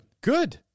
good